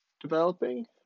developing